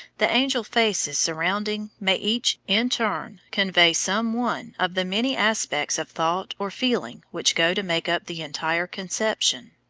the angel faces surrounding may each, in turn, convey some one of the many aspects of thought or feeling which go to make up the entire conception.